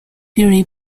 fury